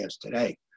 today